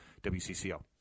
WCCO